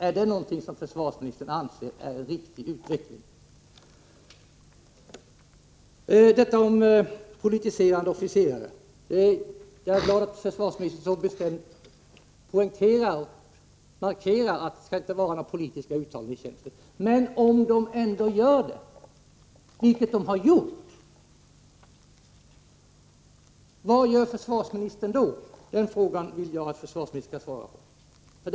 Är det någonting som försvarsministern anser är en riktig utveckling? Sedan om politiserade officerare. Jag är glad att försvarsministern så bestämt markerar att det inte skall få förekomma politiska uttalanden i tjänsten. Men om sådana ändå förekommer, vilket har hänt, vad gör försvarsministern då? Denna fråga vill jag att försvarsministern svarar på.